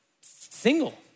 single